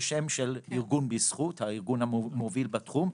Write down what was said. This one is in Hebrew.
כשם שארגון בזכות, הארגון המוביל בתחום,